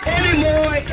anymore